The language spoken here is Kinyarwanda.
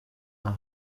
aha